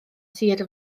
sir